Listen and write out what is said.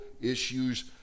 issues